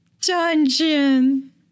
dungeon